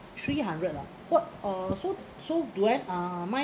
three hundred lah what uh so so do I have uh my